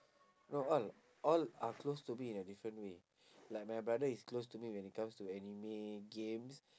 no all all are close to me in a different way like my brother is close to me when it comes to anime games